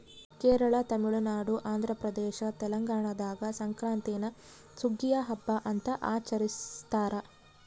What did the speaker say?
ಕೇರಳ ತಮಿಳುನಾಡು ಆಂಧ್ರಪ್ರದೇಶ ತೆಲಂಗಾಣದಾಗ ಸಂಕ್ರಾಂತೀನ ಸುಗ್ಗಿಯ ಹಬ್ಬ ಅಂತ ಆಚರಿಸ್ತಾರ